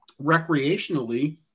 recreationally